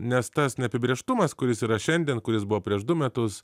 nes tas neapibrėžtumas kuris yra šiandien kuris buvo prieš du metus